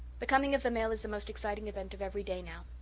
the coming of the mail is the most exciting event of every day now.